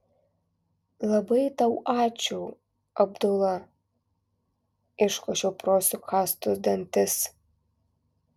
labai tau ačiū abdula iškošiau pro sukąstus dantis